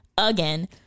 Again